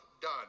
done